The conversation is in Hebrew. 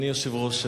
אדוני היושב-ראש,